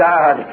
God